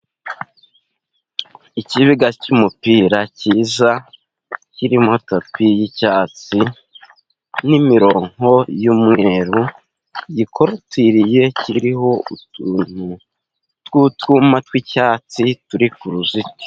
Ikibuga cy'umupira cyiza, kirimo tapi y'icyatsi, n'imironko y'umweru, gikorotiriye kiriho utuntu tw'utwuma tw'icyatsi turi ku ruzitiro.